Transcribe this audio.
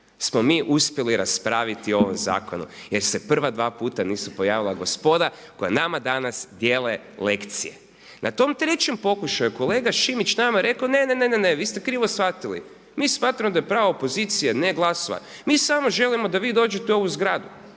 smo mi uspjeli raspraviti o ovom zakonu jer se prva dva puta nisu pojavila gospoda koja nama danas dijele lekcije. Na tom trećem pokušaju kolega Šimić nam je rekao ne, ne vi ste krivo shvatili mi smatramo da je pravo pozicije ne glasovati, mi samo želimo da vi dođete u ovu zgradu.